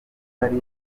ari